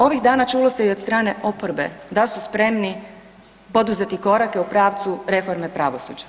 Ovih dana čulo se i od strane oporbe dal su spremni poduzeti korake u pravcu reforme pravosuđa.